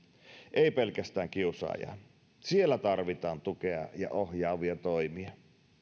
ei pelkästään kiusaajaan siellä tarvitaan tukea ja ohjaavia toimia